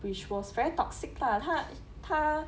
which was very toxic lah 他他